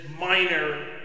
minor